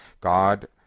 god